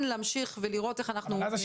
להמשיך ולראות איך אנחנו עוברים את זה.